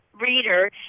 reader